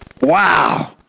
Wow